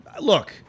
look